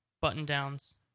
button-downs